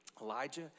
Elijah